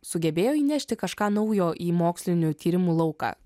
sugebėjo įnešti kažką naujo į mokslinių tyrimų lauką